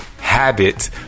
habit